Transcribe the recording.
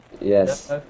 Yes